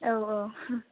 औऔ